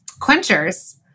quenchers